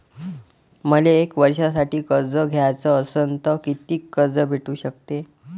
मले एक वर्षासाठी कर्ज घ्याचं असनं त कितीक कर्ज भेटू शकते?